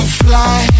fly